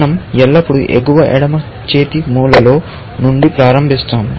మనం ఎల్లప్పుడూ ఎగువ ఎడమ చేతి మూలలో నుండి ప్రారంభిస్తాము